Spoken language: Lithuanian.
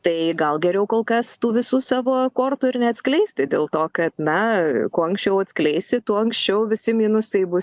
tai gal geriau kol kas tų visų savo kortų ir neatskleisti dėl to kad na kuo anksčiau atskleisi tuo anksčiau visi minusai bus